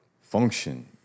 function